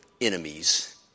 enemies